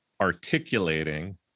articulating